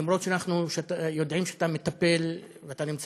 למרות שאנחנו יודעים שאתה מטפל ואתה נכנס